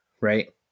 right